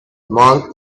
monk